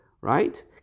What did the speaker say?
right